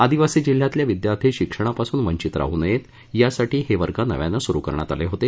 आदिवासी जिल्ह्यांतले विद्यार्थी शिक्षणापासुन वंचित राह नयेत यासाठी हे वर्ग नव्यानं सुरु करण्यात आले होते